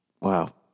Wow